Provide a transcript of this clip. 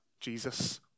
Jesus